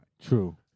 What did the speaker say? True